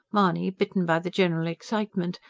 mahony, bitten by the general excitement,